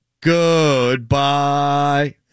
Goodbye